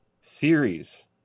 Series